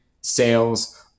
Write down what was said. sales